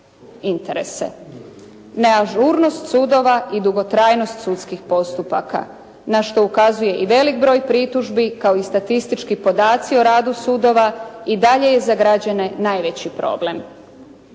interese. Neažurnost sudova i dugotrajnost sudskih postupaka na što ukazuje i velik broj pritužbi kao i statistički podaci o radu sudova i dalje je za građane najveći problem.